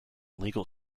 legal